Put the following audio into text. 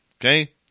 Okay